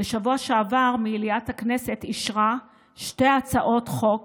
בשבוע שעבר, מליאת הכנסת אישרה שתי הצעות חוק